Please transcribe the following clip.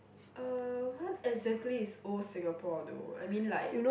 uh what exactly is old Singapore though I mean like